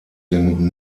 den